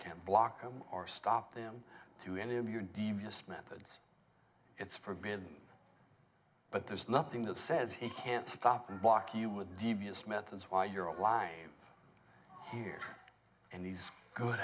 can block him or stop them through any of your devious methods it's forbidden but there's nothing that says he can't stop and block you with devious methods why you're a lie here and he's good